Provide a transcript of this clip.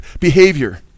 behavior